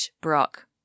Brock